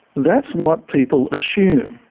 that's what people assume,